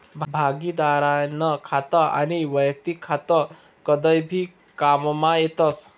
भागिदारीनं खातं आनी वैयक्तिक खातं कदय भी काममा येतस